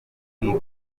urwaho